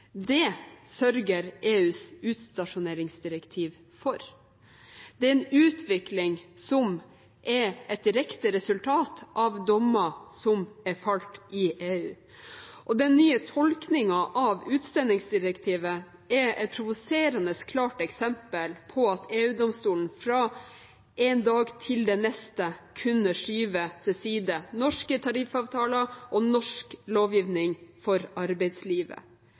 Det sørger EUs utstasjoneringsdirektiv for. Det er en utvikling som er et direkte resultat av dommer som er falt i EU. Den nye tolkningen av utsendingsdirektivet er et provoserende klart eksempel på at EU-domstolen fra en dag til den neste kunne skyve til side norske tariffavtaler og norsk lovgivning for arbeidslivet.